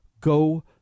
go